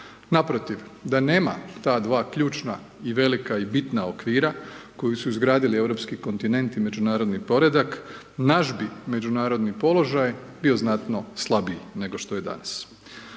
Naprotiv da nema ta dva ključna i velika i bitna okvira koji su izgradili europski kontinent i međunarodni poredak naš bi međunarodni položaj bio znatno slabiji nego što je danas.